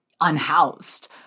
unhoused